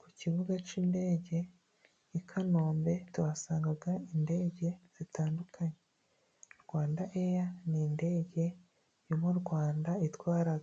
Ku kibuga cy'indege i kanombe tuhasanga indege zitandukanye, Rwandeya ni indege yo mu Rwanda itwara